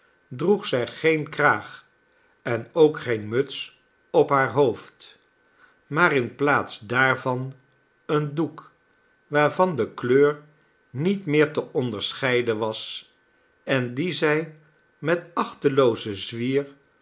droeg zij geen kraag en ook geene muts op haar hoofd maar in plaats daarvan een doek waarvan de kleur niet meer te onderscheiden was en dien zij met achteloozen zwier